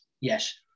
Yes